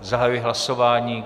Zahajuji hlasování.